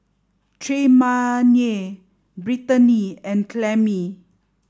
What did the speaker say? Tremayne Brittanie and Clemie